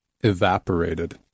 evaporated